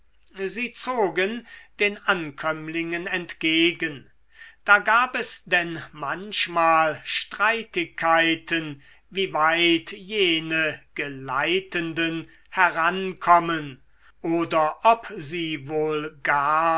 sie zogen den ankömmlingen entgegen da gab es denn manchmal streitigkeiten wie weit jene geleitenden herankommen oder ob sie wohl gar